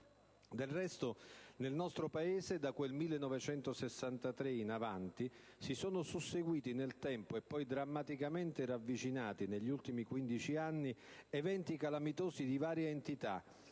Del resto, nel nostro Paese, da quel 1963 in avanti, si sono susseguiti nel tempo, e poi drammaticamente ravvicinati negli ultimi quindici anni, eventi calamitosi di varia entità,